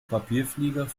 papierflieger